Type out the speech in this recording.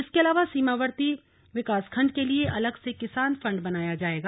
इसके अलावा सीमावर्ती विकासखण्ड के लिए अलग से किसान फंड बनाया जाएगा